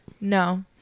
No